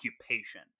occupation